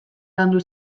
landu